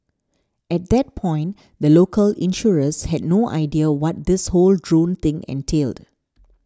at that point the local insurers had no idea what this whole drone thing entailed